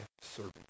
serving